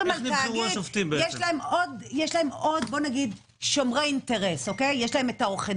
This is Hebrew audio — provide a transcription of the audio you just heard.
יש להם עוד שומרי אינטרס יש להם עורכי